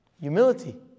Humility